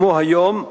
כמו היום,